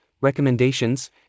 recommendations